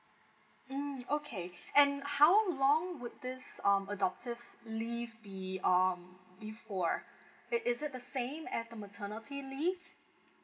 mm okay and how long would this um adoptive leave be um be for is is it the same as the maternity leave